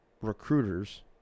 recruiters